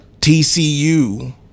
TCU